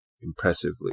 impressively